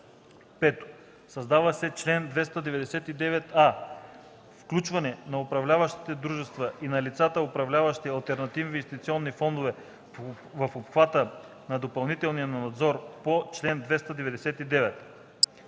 5. Създава се чл. 299а: „Включване на управляващите дружества и на лицата, управляващи алтернативни инвестиционни фондове в обхвата на допълнителния надзор по чл. 299